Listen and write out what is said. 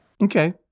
Okay